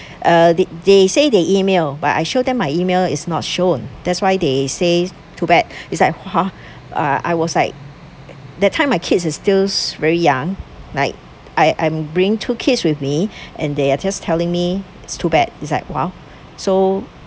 uh they they say they emailed but I showed them my email was not shown that's why they said too bad it's like !whoa! uh I was like that time my kids were still very young like I I'm bringing two kids with me and they were just telling me it's too bad it's like !wah! so